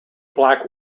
black